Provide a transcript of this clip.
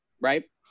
Right